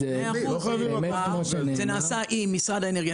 זה נעשה עם משרד האנרגיה,